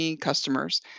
customers